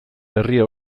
herria